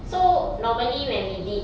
so normally when we did